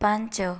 ପାଞ୍ଚ